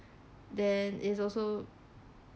then it's also